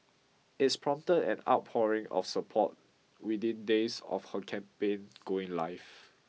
it's prompted an outpouring of support within days of her campaign going live